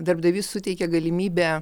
darbdavys suteikia galimybę